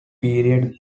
periods